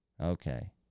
Okay